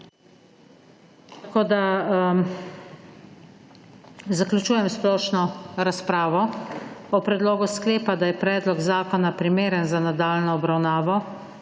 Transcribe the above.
Tako, da zaključujem splošno razpravo. O predlogu sklepa, da je predlog zakona primeren za nadaljnjo obravnavo,